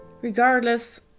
Regardless